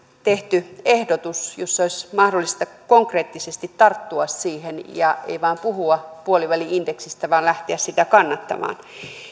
tehty ehdotus jossa olisi mahdollista konkreettisesti tarttua siihen ei vain puhua puoliväli indeksistä vaan lähteä sitä kannattamaan